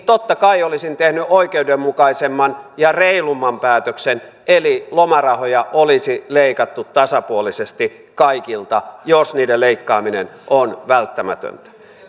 totta kai olisin tehnyt oikeudenmukaisemman ja reilumman päätöksen eli lomarahoja olisi leikattu tasapuolisesti kaikilta jos niiden leikkaaminen on välttämätöntä